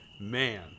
Man